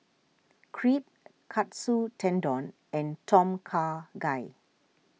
Crepe Katsu Tendon and Tom Kha Gai